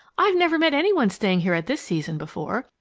i've never met any one staying here at this season before.